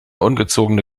ungezogene